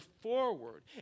forward